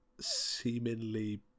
seemingly